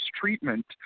treatment